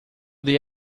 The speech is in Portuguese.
dei